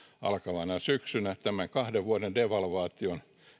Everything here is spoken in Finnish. alkavana syksynä tämän kahden vuoden devalvaation